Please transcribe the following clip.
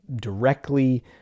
directly